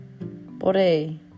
body